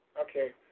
okay